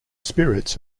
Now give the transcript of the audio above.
spirits